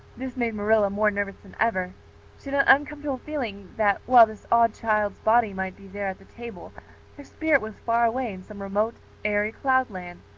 this made marilla more nervous than ever she had an uncomfortable feeling that while this odd child's body might be there at the table her spirit was far away in some remote airy cloudland,